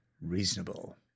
reasonable